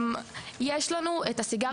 יש לנו את הסיגריות.